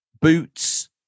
boots